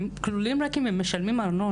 הם כלולים רק אם הם משלמים ארנונה,